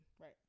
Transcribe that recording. Right